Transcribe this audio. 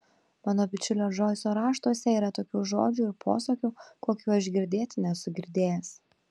mano bičiulio džoiso raštuose yra tokių žodžių ir posakių kokių aš girdėti nesu girdėjęs